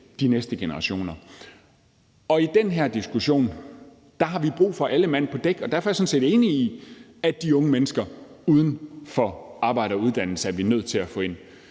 de næste generationer. I den her diskussion har vi brug for alle mand på dæk. Derfor er jeg sådan set enig i, at vi er nødt til at få de unge mennesker uden for arbejde og uddannelse ind. Det er